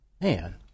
man